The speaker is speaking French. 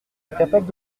incapable